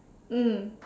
mm